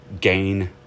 gain